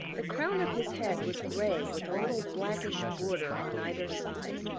the crown of his head was gray with a little blackish border on either side.